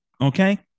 Okay